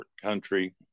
country